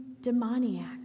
demoniac